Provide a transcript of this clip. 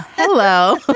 hello,